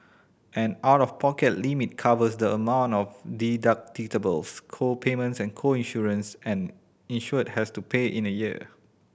an out of pocket limit covers the amount of co payments and co insurance an insured has to pay in a year